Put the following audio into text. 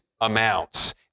amounts